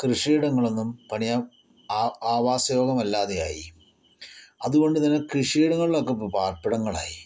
കൃഷിയിടങ്ങൾ ഒന്നും പണിയാൻ ആ ആവാസ യോഗം അല്ലാതെയായി അതുകൊണ്ടുതന്നെ കൃഷിയിടങ്ങളിലൊക്കെ തന്നെ ഇപ്പോൾ പാർപ്പിടങ്ങൾ ആയി